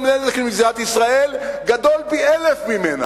נזק למדינת ישראל גדולה פי-אלף משלה,